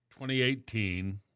2018